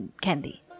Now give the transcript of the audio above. candy